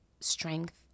strength